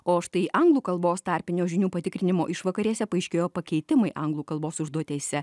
o štai anglų kalbos tarpinio žinių patikrinimo išvakarėse paaiškėjo pakeitimui anglų kalbos užduotyse